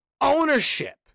ownership